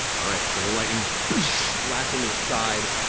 all right, so the lightning blasts into its side.